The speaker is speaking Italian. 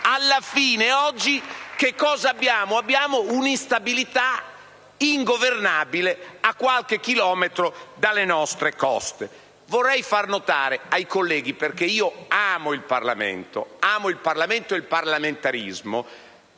alla fine oggi che cosa abbiamo? Abbiamo un'instabilità ingovernabile a qualche chilometro dalle nostre coste. Vorrei far notare ai colleghi, poiché io amo il Parlamento e il parlamentarismo,